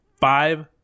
five